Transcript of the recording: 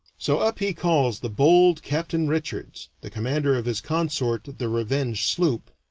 so up he calls the bold captain richards, the commander of his consort the revenge sloop,